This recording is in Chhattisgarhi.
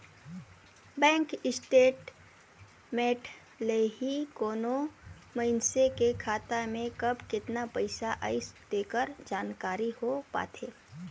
बेंक स्टेटमेंट ले ही कोनो मइसने के खाता में कब केतना पइसा आइस तेकर जानकारी हो पाथे